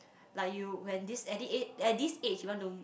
like you when this at a~ at this age you want to